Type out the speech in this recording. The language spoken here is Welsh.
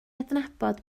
adnabod